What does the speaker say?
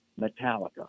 Metallica